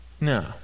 no